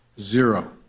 Zero